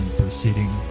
proceeding